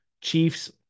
Chiefs